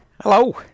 Hello